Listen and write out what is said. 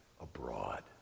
abroad